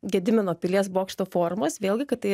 gedimino pilies bokšto formos vėlgi kad tai